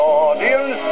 audience